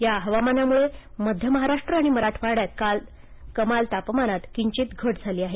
या हवामानामुळं मध्य महाराष्ट्र आणि मराठवाड्यात कमाल तापमानात किंचित घट झाली आहे